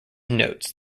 notes